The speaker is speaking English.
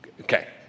Okay